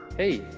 hey,